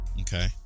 Okay